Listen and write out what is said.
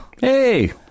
Hey